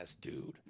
dude